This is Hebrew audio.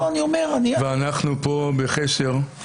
ואנחנו פה בחסר.